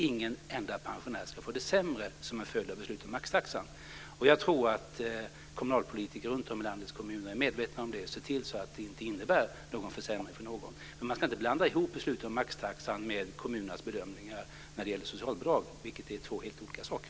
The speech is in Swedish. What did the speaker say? Ingen enda pensionär ska få det sämre som en följd av beslutet om maxtaxan. Och jag tror att kommunalpolitiker runtom i landets kommuner är medvetna om detta och ser till att det inte innebär en försämring för någon. Men man ska inte blanda ihop beslut om maxtaxan med kommunernas bedömningar av socialbidrag. De är två helt olika saker.